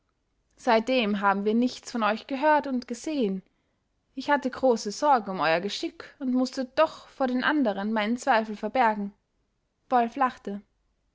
seitdem haben wir nichts von euch gehört und gesehen ich hatte große sorge um euer geschick und mußte doch vor den anderen meine zweifel verbergen wolf lachte